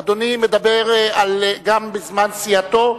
אדוני מדבר גם בזמן סיעתו,